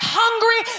hungry